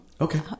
Okay